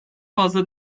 fazla